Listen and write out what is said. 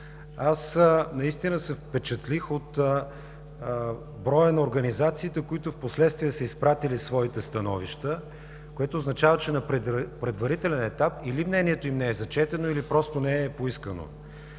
Наистина се впечатлих от броя на организациите, които впоследствие са изпратили своите становища, което означава, че на предварителен етап или мнението им не е зачетено, или просто не е поискано.